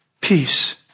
Peace